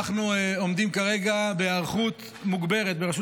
אנחנו עומדים כרגע בהיערכות מוגברת ברשות